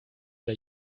der